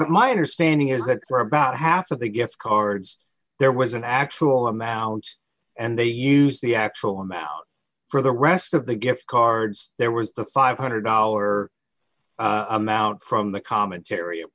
my understanding is that for about half of the gift cards there was an actual amount and they used the actual amount for the rest of the gift cards there was the five hundred dollars amount from the commentary